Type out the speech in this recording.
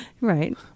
right